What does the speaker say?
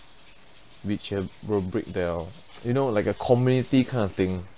which have will break their you know like a community kind of thing